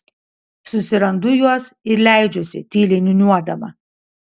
susirandu juos ir leidžiuosi tyliai niūniuodama